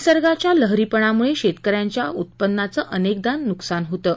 निसर्गाच्या लहरीपणामुळे शेतकऱ्यांच्या उत्पादनाचं अनेकदा नुकसान होतं